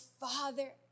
father